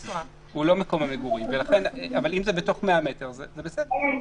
אבל אם זה בתוך 100 מטר, זה בסדר.